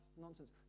nonsense